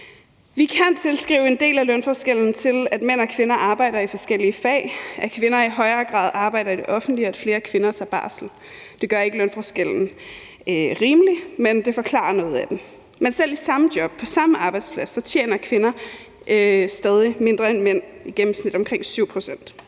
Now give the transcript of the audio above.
Vi kan tilskrive en del af lønforskellen det, at mænd og kvinder arbejder i forskellige fag, at kvinder i højere grad arbejder i det offentlige, og at flere kvinder tager barsel. Det gør ikke lønforskellen rimelig, men det forklarer noget af den. Men selv i samme job på samme arbejdsplads tjener kvinder stadig mindre end mænd – i gennemsnit omkring 7 pct.